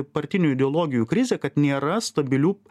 partinių ideologijų krizę kad nėra stabilių